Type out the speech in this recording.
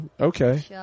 Okay